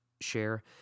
share